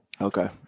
Okay